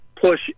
push